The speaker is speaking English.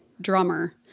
drummer